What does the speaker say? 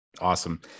Awesome